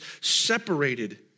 separated